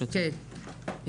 אני